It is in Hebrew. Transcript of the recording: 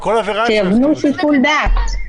שיבנו שיקול דעת.